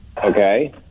okay